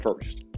first